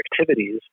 activities